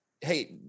hey